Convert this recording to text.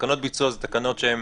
תקנות ביצוע זה תקנות שהן